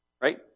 right